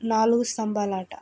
నాలుగు స్తంభాలాట